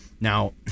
Now